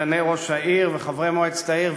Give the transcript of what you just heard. סגני ראש העיר וחברי מועצת העיר,